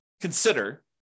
consider